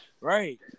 Right